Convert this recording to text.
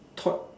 thought